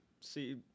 see